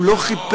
הוא לא חיפש,